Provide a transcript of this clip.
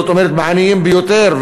זאת אומרת בעניים ביותר,